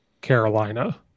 Carolina